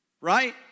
Right